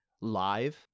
live